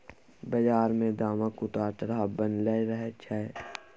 बजार मे दामक उतार चढ़ाव बनलै रहय छै